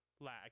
lag